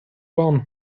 warm